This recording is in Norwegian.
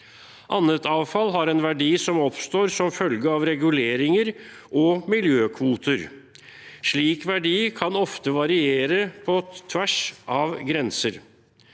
Annet avfall har en verdi som oppstår som følge av reguleringer og miljøkvoter. Slik verdi kan ofte variere på tvers av grenser.